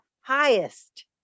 highest